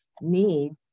need